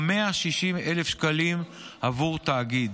או מ-160,000 שקלים עבור תאגיד,